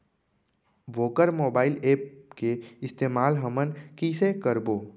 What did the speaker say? वोकर mobile app के इस्तेमाल हमन कइसे करबो?